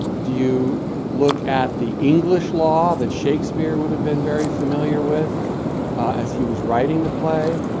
do you look at the english law that shakespeare would have been very familiar with as he was writing the play?